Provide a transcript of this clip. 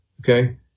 okay